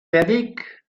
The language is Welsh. feddyg